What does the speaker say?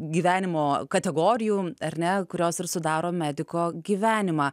gyvenimo kategorijų ar ne kurios ir sudaro mediko gyvenimą